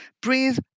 Breathe